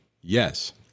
Yes